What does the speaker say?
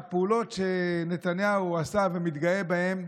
הפעולות שנתניהו עשה ומתגאה בהן,